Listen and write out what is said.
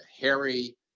Harry